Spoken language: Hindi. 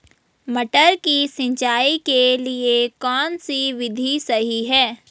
मटर की सिंचाई के लिए कौन सी विधि सही है?